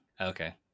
Okay